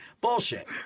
Bullshit